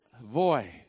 Boy